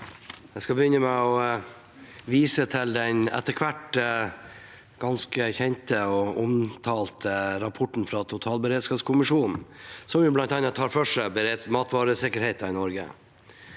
Jeg skal begyn- ne med å vise til den etter hvert ganske kjente og omtalte rapporten fra totalberedskapskommisjonen, som bl.a. tar for seg matvaresikkerheten i Norge.